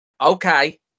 okay